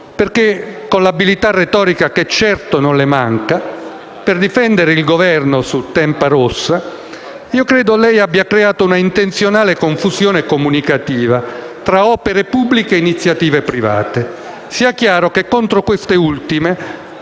Infatti, con l'abilità retorica che certo non le manca, credo che per difendere il Governo su Tempa Rossa lei abbia creato una intenzionale confusione comunicativa tra opere pubbliche e iniziative private. Sia chiaro che contro queste ultime